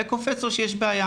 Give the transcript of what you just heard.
וקופץ לו שיש בעיה.